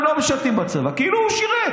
הם לא משרתים בצבא, כאילו הוא שירת.